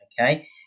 okay